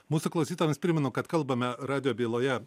mūsų klausytojams primenu kad kalbame radijo byloje